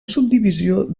subdivisió